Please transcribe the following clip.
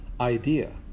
idea